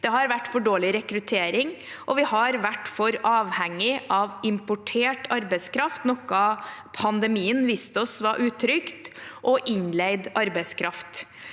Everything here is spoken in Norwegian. det har vært for dårlig rekruttering, og vi har vært for avhengig av importert arbeidskraft – noe pandemien viste oss var utrygt – og innleid arbeidskraft.